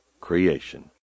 creation